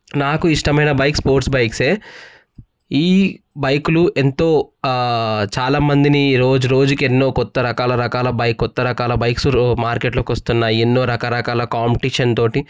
నాకు ఇష్టమైన bike sports బైక్సే ఈ బైకులు ఎంతో చాలామందిని రోజు రోజుకి ఎన్నో కొత్త రకాల రకాల బైక్ కొత్త రకాల బైక్స్ మార్కెట్లో వస్తున్నాయి ఎన్నో రకరకాల కాంపిటీషన్ తో